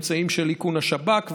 באמצעים של איכון השב"כ,